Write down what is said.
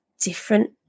different